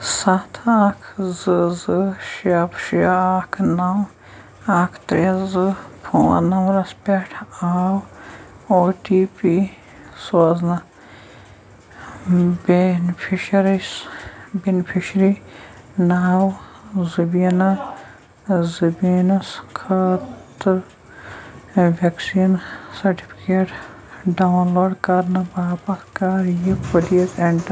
سَتھ اکھ زٕ زٕ شےٚ شےٚ اکھ نَو اکھ ترٛےٚ زٕ فون نمبرَس پٮ۪ٹھ آو او ٹی پی سوزنہٕ بینفشرس بینِفِشری نَو زُبیٖنہ زُبیٖنَس خٲطرٕ ویکسیٖن سٹِفکیٹ ڈاوُن لوڈ کرنہٕ باپتھ کَر یہِ پلیٖز اینٹ